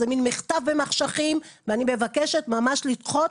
זה מן מחטף במחשכים ואני מבקשת ממש לדחות.